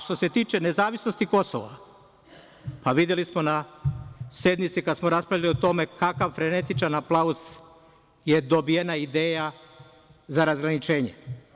Što se tiče nezavisnosti Kosova, videli smo na sednici kad smo raspravljali o tome, kakav frenetičan aplauz je dobijen za ideju za razgraničenje.